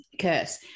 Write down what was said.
Curse